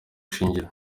shingiro